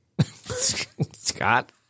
Scott